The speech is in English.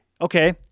okay